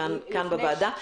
כאן בוועדה.